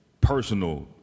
personal